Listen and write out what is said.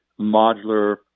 modular